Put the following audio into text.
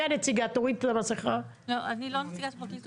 אני לא נציגת הפרקליטות,